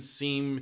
seem